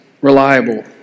reliable